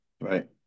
right